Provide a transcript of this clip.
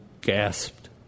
gasped